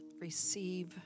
receive